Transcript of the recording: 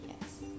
Yes